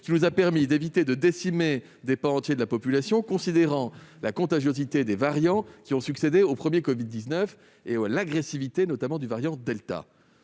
qui nous a permis d'éviter que des pans entiers de la population soient décimés, considérant la contagiosité des variants ayant succédé au premier covid-19 et l'agressivité, notamment, du variant delta.